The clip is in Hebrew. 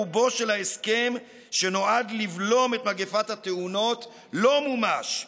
רוב ההסכם שנועד לבלום את מגפת התאונות לא מומש.